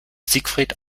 siegfried